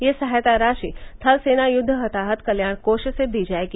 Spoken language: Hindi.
यह सहायता राशि थल सेना युद्ध हताहत कल्याण कोष से दी जायेगी